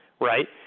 right